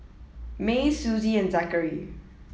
Mae Suzie and Zackery